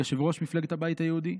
יושב-ראש מפלגת הבית היהודי".